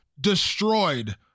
destroyed